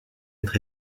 être